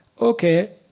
Okay